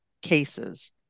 cases